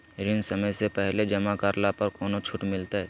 ऋण समय से पहले जमा करला पर कौनो छुट मिलतैय?